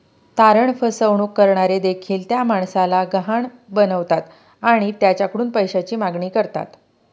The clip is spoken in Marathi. तारण फसवणूक करणारे देखील त्या माणसाला गहाण बनवतात आणि त्याच्याकडून पैशाची मागणी करतात